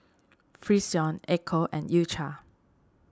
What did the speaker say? Frixion Ecco and U Cha